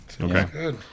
Okay